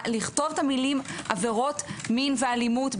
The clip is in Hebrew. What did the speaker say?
לכתוב את המילים: עבירות מין ואלימות,